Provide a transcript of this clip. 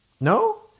No